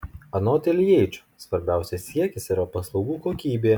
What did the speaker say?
anot iljeičio svarbiausias siekis yra paslaugų kokybė